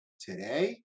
today